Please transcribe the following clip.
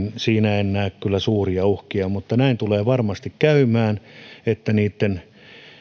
siinä en näe kyllä suuria uhkia mutta näin tulee varmasti käymään että niitten